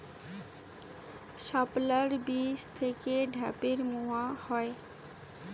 শাপলার বীজ থেকে ঢ্যাপের মোয়া হয়?